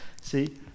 See